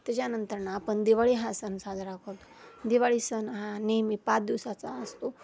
त्याच्यानंतरनं आपण दिवाळी हा सणसाजरा करतो दिवाळी सण हा नेहमी पाच दिवसाचा असतो